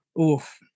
Oof